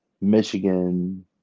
Michigan